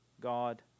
God